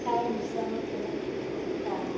ٹایمہٕ سان تِمَن کران